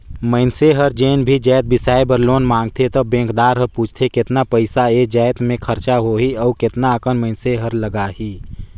मइनसे हर जेन भी जाएत बिसाए बर लोन मांगथे त बेंकदार हर पूछथे केतना पइसा ए जाएत में खरचा होही अउ केतना अकन मइनसे हर लगाही